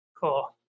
Cool